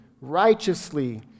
righteously